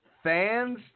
Fans